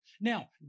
Now